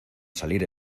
salir